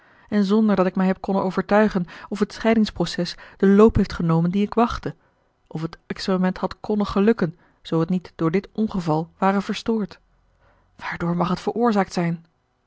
en zonder dat ik mij heb konnen overtuigen of het scheidingsproces den loop heeft gea l g bosboom-toussaint de delftsche wonderdokter eel dien ik wachtte of het experiment had konnen gelukken zoo het niet door dit ongeval ware verstoord waardoor mag het veroorzaakt zijn